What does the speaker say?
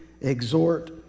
exhort